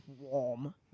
warm